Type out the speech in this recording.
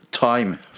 Time